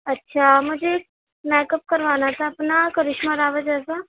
اچھا مجھے makeup کروانا تھا اپنا کرشمہ راوت جیسا